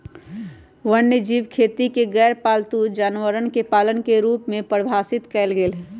वन्यजीव खेती के गैरपालतू जानवरवन के पालन के रूप में परिभाषित कइल गैले है